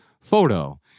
photo